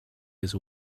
his